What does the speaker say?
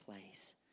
place